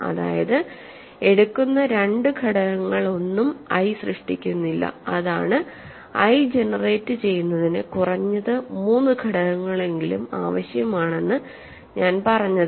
അതായത് എടുക്കുന്ന 2 ഘടകങ്ങളൊന്നും ഐ സൃഷ്ടിക്കുന്നില്ല അതാണ് ഐ ജനറേറ്റ് ചെയ്യുന്നതിന് കുറഞ്ഞത് മൂന്ന് ഘടകങ്ങളെങ്കിലും ആവശ്യമാണെന്ന് ഞാൻ പറഞ്ഞത്